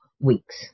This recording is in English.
weeks